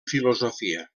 filosofia